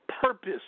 purpose